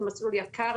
זה מסלול יקר,